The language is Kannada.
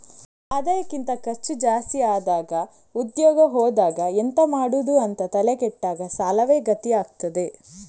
ಆದಾಯಕ್ಕಿಂತ ಖರ್ಚು ಜಾಸ್ತಿ ಆದಾಗ ಉದ್ಯೋಗ ಹೋದಾಗ ಎಂತ ಮಾಡುದು ಅಂತ ತಲೆ ಕೆಟ್ಟಾಗ ಸಾಲವೇ ಗತಿ ಆಗ್ತದೆ